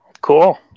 Cool